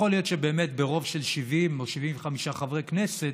יכול להיות שבאמת ברוב של 70 או 75 חברי כנסת,